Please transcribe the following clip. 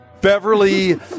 Beverly